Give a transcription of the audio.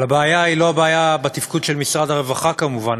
הבעיה היא לא בתפקוד של משרד הרווחה, כמובן.